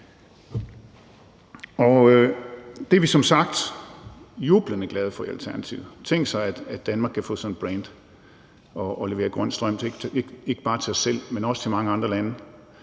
er vi som sagt jublende glade for i Alternativet. Tænk sig, at Danmark kan få sådan et brand og levere grøn strøm til ikke bare os selv, men også til mange andre lande.